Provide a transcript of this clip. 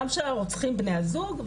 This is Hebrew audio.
גם של הרוצחים בני הזוג,